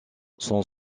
son